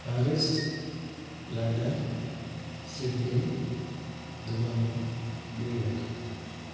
Paris London Sydney Dubai New York